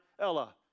Ella